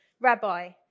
Rabbi